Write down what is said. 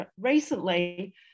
recently